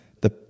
the-